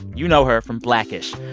you know her from black-ish.